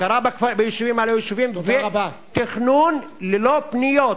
הכרה ביישובים הלא-מוכרים ותכנון ללא פניות.